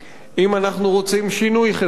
אם אנחנו רוצים שינוי חברתי,